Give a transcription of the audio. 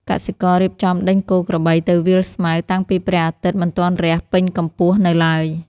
កសិកររៀបចំដេញគោក្របីទៅវាលស្មៅ តាំងពីព្រះអាទិត្យមិនទាន់រះពេញកម្ពស់នៅឡើយ។